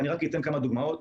אני רק אתן כמה דוגמאות.